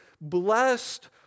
blessed